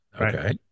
okay